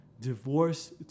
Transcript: Divorce